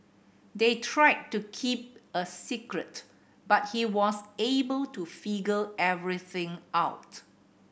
they tried to keep a secret but he was able to figure everything out